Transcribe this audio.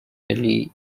really